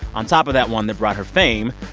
on top of that one that brought her fame,